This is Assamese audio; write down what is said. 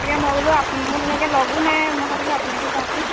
তাকে মই বোলো মোৰ তেনেকৈ লগো নাই মই ভাবিলোঁ আপোনাকে কওঁচোন